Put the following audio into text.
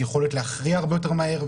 יכולת להכריע הרבה יותר מהר,